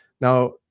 Now